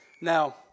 Now